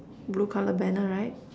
blue colour banner right